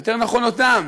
יותר נכון אותם,